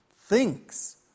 thinks